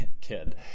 kid